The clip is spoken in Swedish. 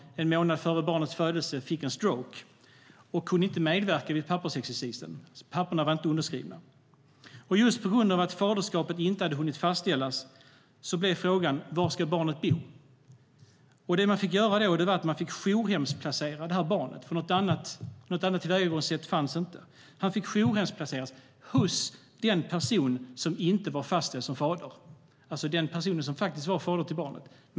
En månad före barnets födelse fick modern en stroke. Hon kunde inte medverka vid pappersexercisen. Papperen var alltså inte underskrivna. Just på grund av att faderskapet inte hade hunnit fastställas blev frågan: Var ska barnet bo? Det man fick göra då var att jourhemsplacera barnet. Något annat tillvägagångssätt fanns inte. Han fick jourhemsplaceras hos den person som inte var fastställd som fader men faktiskt var fader.